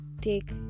Take